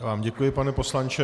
Já vám děkuji, pane poslanče.